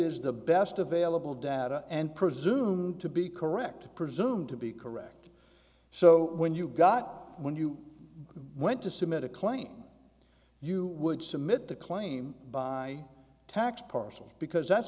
is the best available data and presumed to be correct presumed to be correct so when you got when you went to submit a claim you would submit the claim by tax parcel because that's